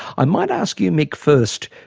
i might ask you, mick, first,